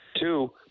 Two